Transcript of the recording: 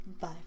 Bye